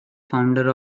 founder